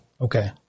Okay